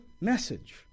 message